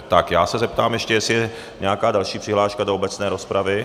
Tak já se ještě zeptám, jestli je nějaká další přihláška do obecné rozpravy.